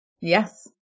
Yes